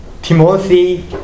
Timothy